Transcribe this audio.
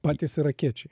patys irakiečiai